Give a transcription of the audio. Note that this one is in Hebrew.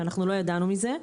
שאנחנו לא ידענו מזה,